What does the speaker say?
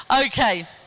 Okay